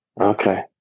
Okay